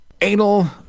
Anal